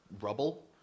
rubble